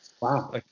Wow